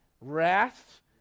wrath